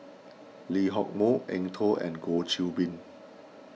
Lee Hock Moh Eng Tow and Goh Qiu Bin